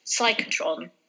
Psychotron